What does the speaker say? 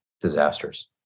disasters